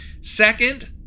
Second